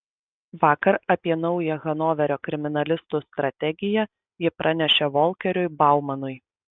vakar apie naują hanoverio kriminalistų strategiją ji pranešė volkeriui baumanui